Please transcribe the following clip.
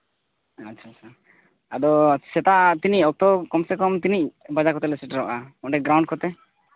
ᱟᱪᱪᱷᱟ ᱟᱪᱪᱷᱟ ᱟᱫᱚ ᱥᱮᱛᱟᱜ ᱛᱤᱱᱟᱹᱜ ᱚᱠᱛᱚ ᱠᱚᱢ ᱥᱮ ᱠᱚᱢ ᱛᱤᱱᱟᱹᱜ ᱵᱟᱡᱟᱣ ᱠᱚᱛᱮ ᱞᱮ ᱥᱮᱴᱮᱨᱚᱜᱼᱟ ᱚᱸᱰᱮ ᱜᱨᱟᱣᱩᱱᱰ ᱠᱚᱛᱮ